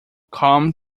come